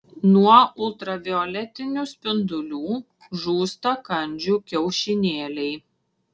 nuo ultravioletinių spindulių žūsta kandžių kiaušinėliai